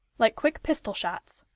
like quick pistol-shots.